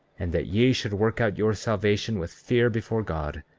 and that ye should work out your salvation with fear before god,